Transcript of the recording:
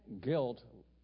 Guilt